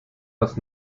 aus